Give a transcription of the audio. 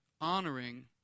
honoring